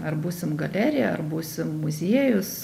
ar būsim galerija ar būsim muziejus